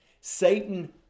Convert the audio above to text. Satan